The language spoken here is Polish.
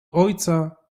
ojca